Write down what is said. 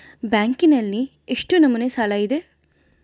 ಬ್ಯಾಂಕಿನಲ್ಲಿ ಎಷ್ಟು ನಮೂನೆ ಸಾಲ ಇದೆ?